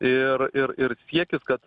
ir ir ir siekis kad